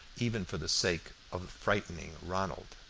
even for the sake of frightening ronald.